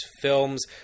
films